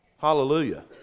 hallelujah